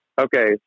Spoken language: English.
Okay